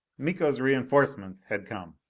miko's reinforcements had come.